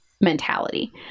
mentality